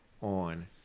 On